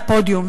לפודיום,